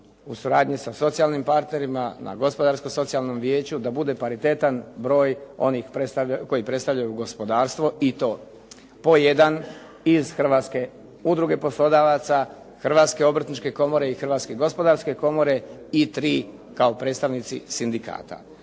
u suradnji sa socijalnim partnerima, na Gospodarsko-socijalnom vijeću, da bude paritetan broj onih koji predstavljaju gospodarstvo i to po jedan iz Hrvatske udruge poslodavaca, Hrvatske obrtničke komore i Hrvatske gospodarske komore i tri kao predstavnici sindikata.